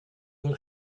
will